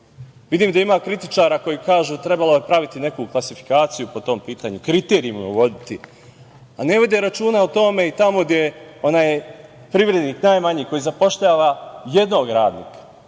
Vidim da ima kritičara koji kažu da je trebalo praviti neku klasifikaciju po tom pitanju, kriterijume uvoditi, a ne vode računa o tome tamo gde je onaj privrednik najmanji, koji zapošljava jednog radnika.